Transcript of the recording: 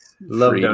love